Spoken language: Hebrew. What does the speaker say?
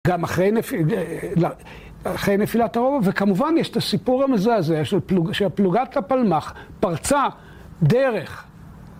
גם אחרי נפילת הרוב, וכמובן יש את הסיפור המזעזע של פלוגת הפלמ"ח פרצה דרך.